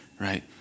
right